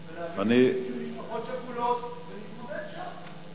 ולהביא נציגים ממשפחות שכולות, ונתמודד שם.